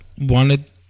wanted